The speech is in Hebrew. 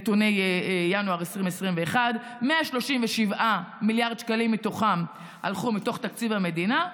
מנתוני ינואר 2021. 137 מיליארד שקלים מתוכם הלכו מתוך תקציב המדינה,